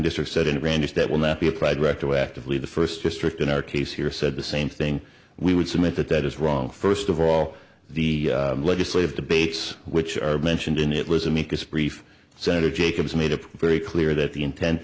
district said in a grandest that will not be applied retroactively the first district in our case here said the same thing we would submit that that is wrong first of all the legislative debates which are mentioned in it was amicus brief senator jacobs made it very clear that the intent